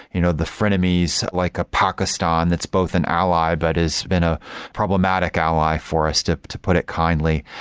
you know the frenemy's, like a pakistan that's both an ally but has been a problematic ally for us to to put it kindly.